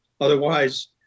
Otherwise